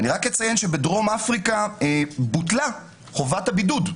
אציין שבדרום אפריקה בוטלה חובת הבידוד.